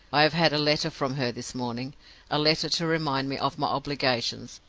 i have had a letter from her this morning a letter to remind me of my obligations,